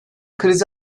krizi